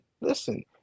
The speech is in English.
listen